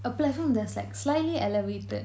a platform that's like slightly elevated